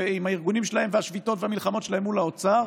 עם הארגונים שלהם והשביתות והמלחמות שלהם מול האוצר,